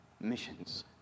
missions